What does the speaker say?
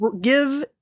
Give